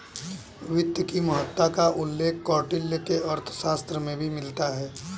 वित्त की महत्ता का उल्लेख कौटिल्य के अर्थशास्त्र में भी मिलता है